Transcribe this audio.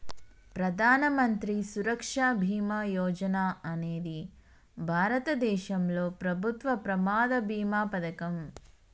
ప్రధాన మంత్రి సురక్ష బీమా యోజన అనేది భారతదేశంలో ప్రభుత్వం ప్రమాద బీమా పథకం